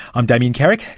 i'm damien carrick,